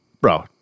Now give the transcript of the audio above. bro